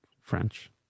French